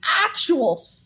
actual